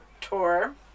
tour